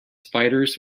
spiders